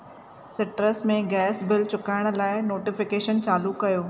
citrus में gas bill चुकाइण लाइ नोटफकैशन चालू कयो